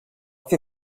fer